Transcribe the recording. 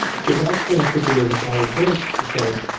so that's when i put together the five events to say,